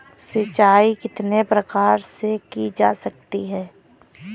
सिंचाई कितने प्रकार से की जा सकती है?